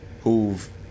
who've